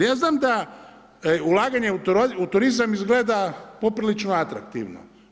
Ja znam da ulaganje u turizam izgleda poprilično atraktivno.